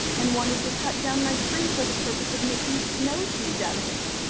and wanted to cut down my tree for the purpose of making snow-shoes out of it,